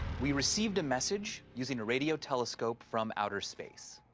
we received a message using a radio telescope from outer space.